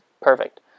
Perfect